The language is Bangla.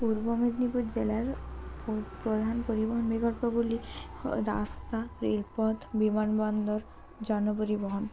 পূর্ব মেদিনীপুর জেলার প্রধান পরিবহণ বিকল্পগুলি রাস্তা রেলপথ বিমানবন্দর জন পরিবহণ